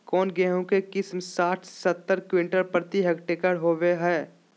कौन गेंहू के किस्म साठ से सत्तर क्विंटल प्रति हेक्टेयर होबो हाय?